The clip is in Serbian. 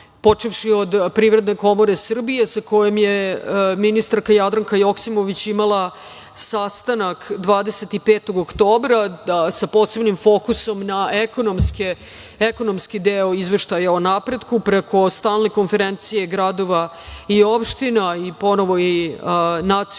počevši od Privredne komore Srbije, sa kojom je ministarka Jadranka Joksimović imala sastanak 25. oktobra, sa posebnim fokusom na ekonomski deo izveštaja o napretku, preko stalne konferencije gradova i opština i ponovo Nacionalnog